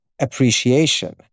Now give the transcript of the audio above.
appreciation